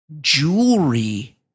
jewelry